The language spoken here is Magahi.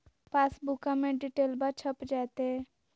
पासबुका में डिटेल्बा छप जयते?